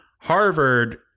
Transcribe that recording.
Harvard